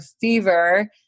fever